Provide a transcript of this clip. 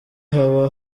haba